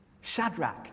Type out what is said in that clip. Shadrach